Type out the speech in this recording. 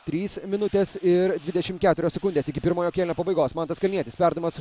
trys minutės ir dvidešimt keturios sekundės iki pirmojo kėlinio pabaigos mantas kalnietis perdavimas